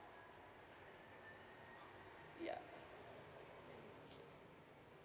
yup